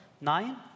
nine